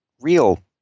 real